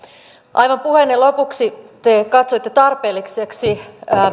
aivan puheenne lopuksi te katsoitte tarpeelliseksi